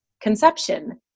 conception